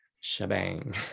shebang